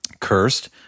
Cursed